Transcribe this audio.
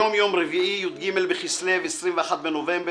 היום יום רביעי, י"ג בכסלו, 21 בנובמבר.